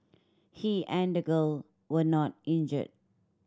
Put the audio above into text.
he and the girl were not injured